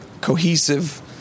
cohesive